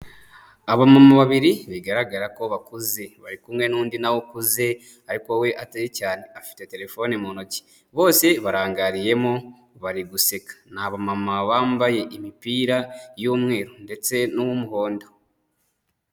Abamama babiri bigaragara ko bakuze, bari kumwe n'undi na we ukuze ariko we atari cyane, afite telefoni mu ntoki bose barangariyemo bari guseka, ni abamama bambaye imipira y'umweru ndetse n'uw'umuhondo.